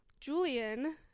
Julian